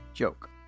Joke